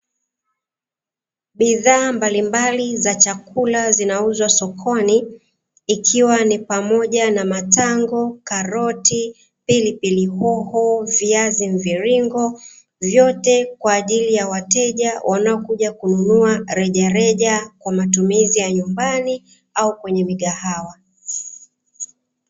Bidhaa mbalimbali za chakula zinauzwa sokoni, ikiwa ni pamoja na matango, karoti, pilipili hoho, viazi mviringo, vyote kwa ajili ya wateja wanaokuja kununua rejareja kwa matumizi ya nyumbani au kwenye migahawa.